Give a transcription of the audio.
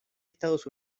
estados